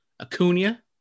Acuna